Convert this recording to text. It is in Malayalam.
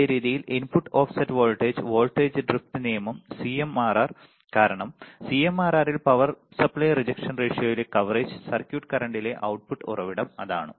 അതേ രീതിയിൽ input offset voltage voltage drift നിയമം സിഎംആർആർ കാരണം CMRRൽ പവർ സപ്ലൈ റിജക്ഷൻ റേഷ്യോയിലെ കവറേജ് സർക്യൂട്ട് കറന്റിലെ output ഉറവിടം അതാണ്